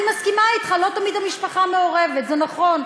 אני מסכימה אתך, לא תמיד המשפחה מעורבת, זה נכון.